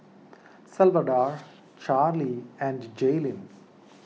Salvador Charle and Jaelynn